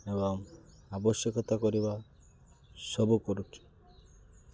ଏବଂ ଆବଶ୍ୟକତା କରିବା ସବୁ କରୁଛୁ